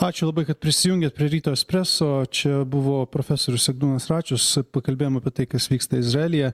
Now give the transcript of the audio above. ačiū labai kad prisijungėt prie ryto espreso čia buvo profesorius egdūnas račius pakalbėjom apie tai kas vyksta izraelyje